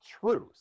truth